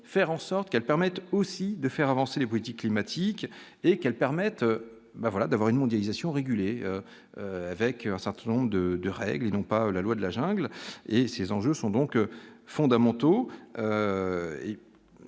faire en sorte qu'elles permettent aussi de faire avancer les politiques climatiques et qu'elle permettent mais voilà d'devant une mondialisation régulée, avec un certain nombre de de règles non pas la loi de la jungle et ses enjeux sont donc fondamentaux